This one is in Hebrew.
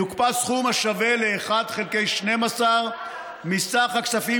יוקפא סכום השווה לאחד חלקי 12 מסך הכספים